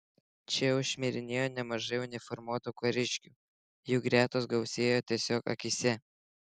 čia jau šmirinėjo nemažai uniformuotų kariškių jų gretos gausėjo tiesiog akyse